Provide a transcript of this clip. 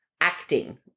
acting